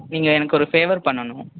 நீங்கள் எனக்கு ஒரு ஃபேவர் பண்ணணும்